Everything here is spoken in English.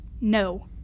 No